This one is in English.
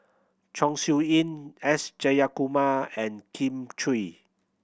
Chong Siew Ying S Jayakumar and Kin Chui